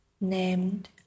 Named